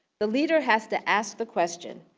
the leader has to ask the question,